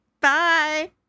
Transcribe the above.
Bye